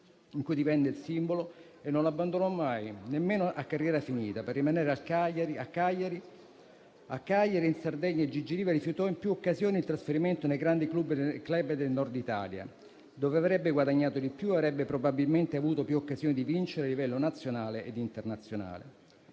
di cui divenne il simbolo e che non abbandonò mai, nemmeno a carriera finita. Per rimanere a Cagliari, in Sardegna, Gigi Riva rifiutò in più occasioni il trasferimento nei grandi *club* del Nord Italia, dove avrebbe guadagnato di più e dove probabilmente avrebbe avuto più occasioni di vincere a livello nazionale e internazionale.